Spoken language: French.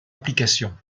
applications